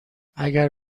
اگر